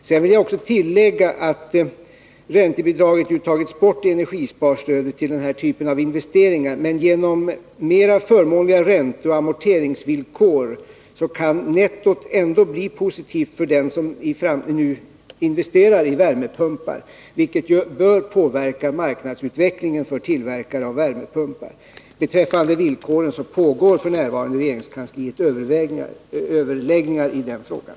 Jag vill också tillägga att räntebidraget nu tagits bort i energisparstödet till denna typ av investeringar, men genom mer förmånliga ränteoch amorteringsvillkor kan nettot ändå bli positivt för den som i framtiden investerar i värmepumpar. Det bör påverka marknadsutvecklingen för tillverkare av värmepumpar. Beträffande villkoren pågår f. n. i regeringskansliet överläggningar i den frågan.